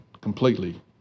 completely